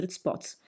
spots